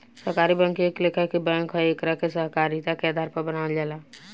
सहकारी बैंक एक लेखा के बैंक ह एकरा के सहकारिता के आधार पर बनावल जाला